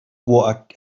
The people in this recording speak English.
what